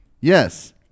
Yes